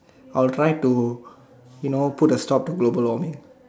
I'll try to you know put a stop to global warming